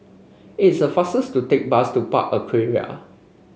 is the faster to take bus to Park Aquaria